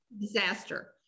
disaster